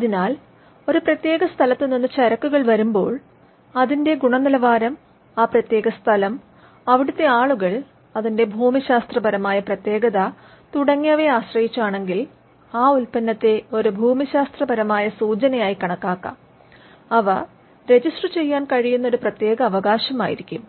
അതിനാൽ ഒരു പ്രത്യേക സ്ഥലത്ത് നിന്ന് ചരക്കുകൾ വരുമ്പോൾ അതിന്റെ ഗുണനിലവാരംആ പ്രത്യേക സ്ഥലംഅവിടുത്തെ ആളുകൾ അതിന്റെ ഭൂമിശാസ്ത്രപരമായ പ്രതേകത തുടങ്ങിയവയെ ആശ്രയിച്ചാണെങ്കിൽ ആ ഉൽപ്പന്നത്തെ ഒരു ഭൂമിശാസ്ത്രപരമായ സൂചന ആയി കണക്കാക്കാം അവ രജിസ്റ്റർ ചെയ്യാൻ കഴിയുന്ന ഒരു പ്രത്യേക അവകാശമായിരിക്കും